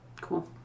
Cool